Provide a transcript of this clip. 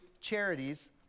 charities